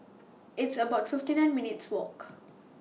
It's about fifty nine minutes' Walk